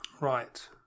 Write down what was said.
Right